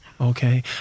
Okay